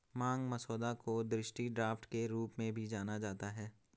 मांग मसौदा को दृष्टि ड्राफ्ट के रूप में भी जाना जाता है